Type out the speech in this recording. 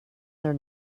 their